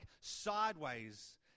sideways